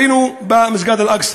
היינו במסגד אל-אקצא.